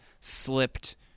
slipped